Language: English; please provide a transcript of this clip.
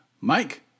Mike